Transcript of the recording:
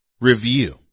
review